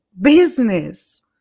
business